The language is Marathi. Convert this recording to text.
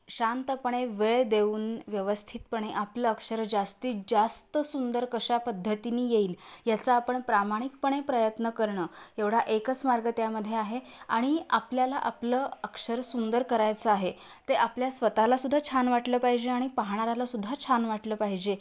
शांतपणे वेळ देऊन व्यवस्थितपणे आपलं अक्षर जास्तीत जास्त सुंदर कशा पद्धतीने येईल याचा आपण प्रामाणिकपणे प्रयत्न करणं एवढा एकच मार्ग त्यामध्ये आहे आणि आपल्याला आपलं अक्षर सुंदर करायचं आहे ते आपल्या स्वतःला सुद्धा छान वाटलं पाहिजे आणि पाहणाऱ्याला सुद्धा छान वाटलं पाहिजे